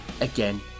Again